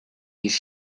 his